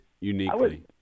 uniquely